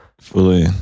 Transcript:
Fully